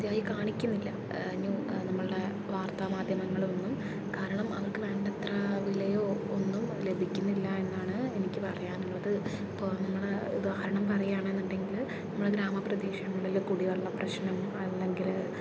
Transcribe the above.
അവരെ മതിയായി കാണിക്കുന്നില്ല ന്യു നമ്മളുടെ വാർത്താമാധ്യമങ്ങളൊന്നും കാരണം അവർക്ക് വേണ്ടത്ര വിലയോ ഒന്നും ലഭിക്കുന്നില്ല എന്നാണ് എനിക്ക് പറയാനുള്ളത് ഇപ്പോൾ നമ്മൾ ഉദാഹരണം പറയുകയാണെന്നുണ്ടെങ്കിൽ നമ്മൾ ഗ്രാമപ്രദേശങ്ങളിൽ കുടിവെള്ള പ്രശ്നം അല്ലെങ്കിൽ